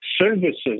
services